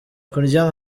kurya